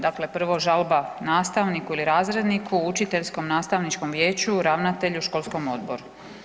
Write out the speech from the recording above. Dakle, prvo žalba nastavniku ili razredniku, učiteljskom, nastavničkom vijeću, ravnatelju, školskom odboru.